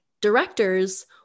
directors